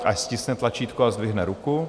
Ať stiskne tlačítko a zdvihne ruku.